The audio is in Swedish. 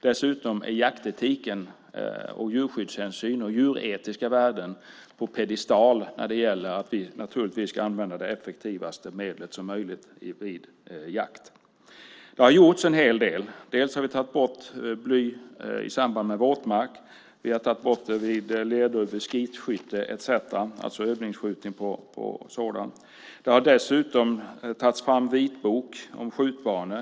Dessutom står jaktetik, djurskyddshänsyn och djuretiska värden på piedestal när det gäller att vi naturligtvis ska använda det mest effektiva medlet vid jakt. Det har gjorts en hel del. Vi har tagit bort bly i samband med våtmark. Vi har tagit bort det vid lerduveskytte etcetera, alltså övningsskjutning på sådant. Det har dessutom tagits fram vitbok om skjutbanor.